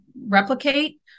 replicate